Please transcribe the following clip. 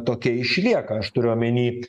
tokia išlieka aš turiu omeny